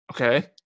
Okay